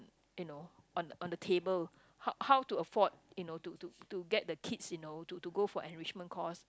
you know on on the table how how to afford you know to to to get the kids you know to to go for enrichment course